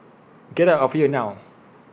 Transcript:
get out of here now